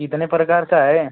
कितने प्रकार का है